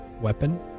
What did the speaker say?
weapon